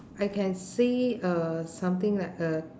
I can see uh something like a